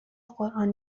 قران